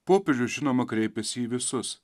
popiežius žinoma kreipiasi į visus